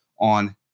on